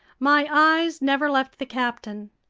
my eyes never left the captain.